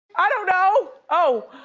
i don't know, oh,